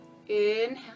Inhale